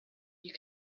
you